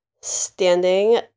Standing